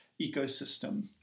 ecosystem